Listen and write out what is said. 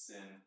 Sin